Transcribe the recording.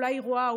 אולי היא רואה,